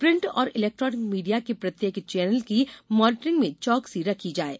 print और electronic media के प्रत्येक चैनल की मॉनीटरिंग में चौकसी रखी जावे